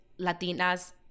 latinas